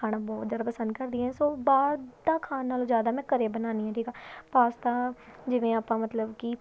ਖਾਣਾ ਬਹੁਤ ਜ਼ਿਆਦਾ ਪਸੰਦ ਕਰਦੀ ਹਾਂ ਸੋ ਬਾਹਰ ਦਾ ਖਾਣ ਨਾਲੋਂ ਜ਼ਿਆਦਾ ਮੈਂ ਘਰ ਬਣਾਉਂਦੀ ਹਾਂ ਠੀਕ ਆ ਪਾਸਤਾ ਜਿਵੇਂ ਆਪਾਂ ਮਤਲਬ ਕਿ